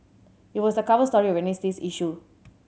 it was the cover story of Wednesday's issue